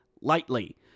lightly